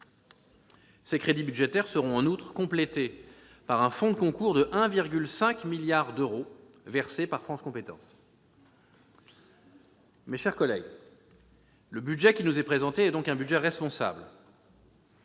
Ces crédits budgétaires seront en outre complétés par un fonds de concours de 1,5 milliard d'euros versé par France compétences. Mes chers collègues, le budget qui nous est présenté est donc un budget responsable,